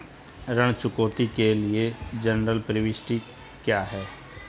ऋण चुकौती के लिए जनरल प्रविष्टि क्या है?